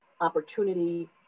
opportunity